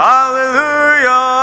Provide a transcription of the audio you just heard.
Hallelujah